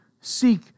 seek